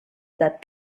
that